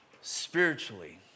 spiritually